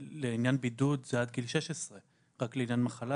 לעניין בידוד זה עד גיל 16. רק לעניין מחלה